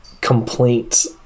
complaints